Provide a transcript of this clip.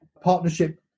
partnership